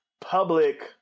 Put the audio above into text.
public